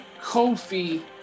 Kofi